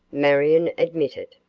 marion admitted.